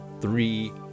three